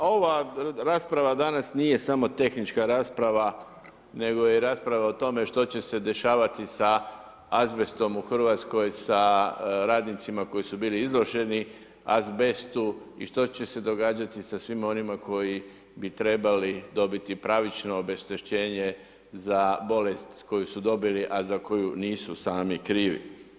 Pa ova rasprava danas nije samo tehnička rasprava, nego je i rasprava o tome što će se dešavati sa azbestom u RH sa radnicima koji su bili izloženi azbestu i što će se događati sa svima onima koji bi trebali dobiti pravično obeštećenje za bolest koju su dobili, a za koju nisu sami krivi.